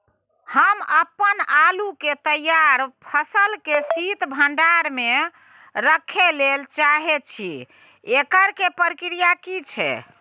हम अपन आलू के तैयार फसल के शीत भंडार में रखै लेल चाहे छी, एकर की प्रक्रिया छै?